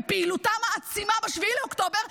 בפעילותם העצימה ב-7 באוקטובר,